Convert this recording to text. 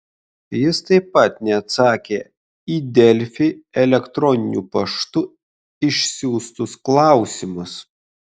jis taip pat neatsakė į delfi elektroniniu paštu išsiųstus klausimus